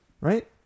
Right